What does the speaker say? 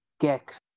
gex